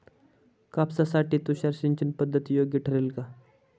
कापसासाठी तुषार सिंचनपद्धती योग्य ठरेल का?